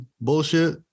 bullshit